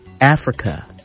Africa